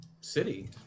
city